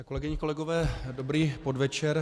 Kolegyně, kolegové, dobrý podvečer.